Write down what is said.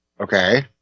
Okay